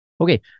Okay